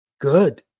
good